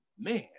man